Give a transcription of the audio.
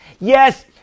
yes